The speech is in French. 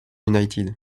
united